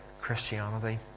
Christianity